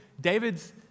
David's